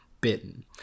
bitten